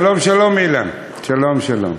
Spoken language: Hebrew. שלום, שלום, אילן, שלום, שלום.